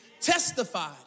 testified